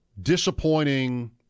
disappointing